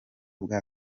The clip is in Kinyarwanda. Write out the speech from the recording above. bwa